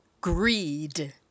GREED